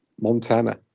montana